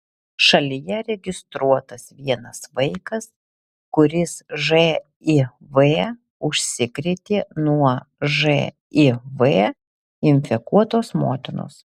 šalyje registruotas vienas vaikas kuris živ užsikrėtė nuo živ infekuotos motinos